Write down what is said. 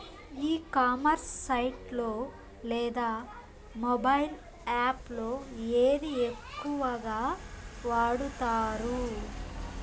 ఈ commerce site లో లేదా మొబైల్ యాప్ లో ఏది ఎక్కువగా వాడుతారు?